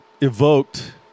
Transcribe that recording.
evoked